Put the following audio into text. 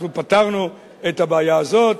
אנחנו פתרנו את הבעיה הזאת.